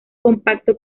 compacto